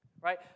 Right